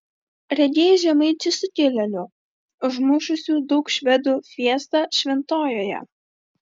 regėjai žemaičių sukilėlių užmušusių daug švedų fiestą šventojoje